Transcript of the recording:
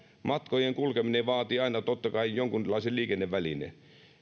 matkojen kulkeminen vaatii aina totta kai jonkunlaisen liikennevälineen